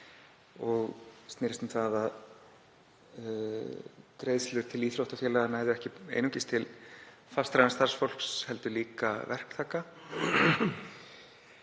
og snerist um að greiðslur til íþróttafélaga næðu ekki einungis til fastráðins starfsfólks heldur líka verktaka.